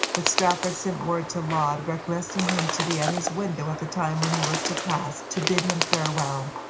but strafford sent word to laud requesting him to be at his window at the time when he was to pass, to bid him farewell,